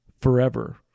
forever